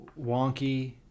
wonky